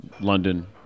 London